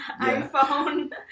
iphone